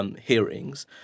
hearings